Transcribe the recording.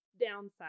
downside